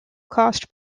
cost